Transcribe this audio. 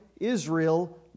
Israel